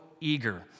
eager